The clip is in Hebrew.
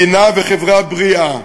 מדינה וחברה בריאה